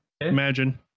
Imagine